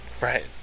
Right